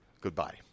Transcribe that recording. Goodbye